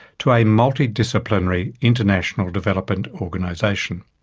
to a multidisciplinary international development organization.